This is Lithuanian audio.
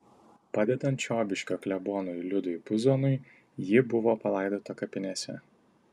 padedant čiobiškio klebonui liudui puzonui ji buvo palaidota kapinėse